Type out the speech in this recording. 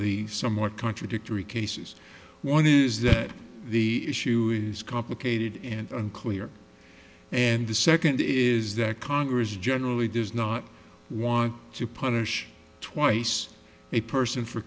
the somewhat contradictory cases one is that the issue is complicated and unclear and the second is that congress generally does not want to punish twice a person for